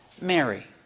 Mary